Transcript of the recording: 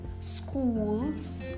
schools